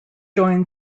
joined